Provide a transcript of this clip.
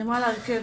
היא אמרה להרכב,